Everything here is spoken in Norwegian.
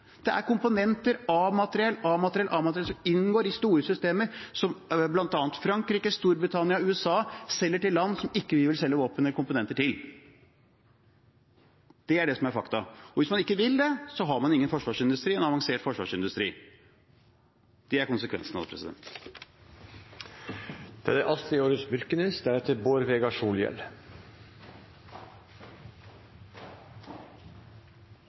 Det er komponenter, A-materiell, som inngår i store systemer som bl.a. Frankrike, Storbritannia og USA selger til land som vi ikke vil selge våpen eller komponenter til. Det er det som er fakta. Hvis man ikke vil det, har man ingen avansert forsvarsindustri. Det er konsekvensen. Det har vore særs viktige problemstillingar som har vore løfta fram her i dag, og på bakgrunn av